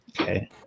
okay